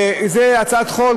וזאת הצעת חוק,